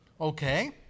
Okay